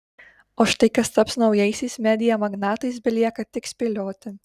o štai kas taps naujaisiais media magnatais belieka tik spėlioti